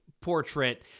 portrait